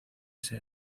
ese